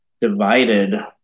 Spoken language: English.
divided